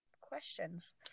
questions